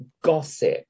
gossip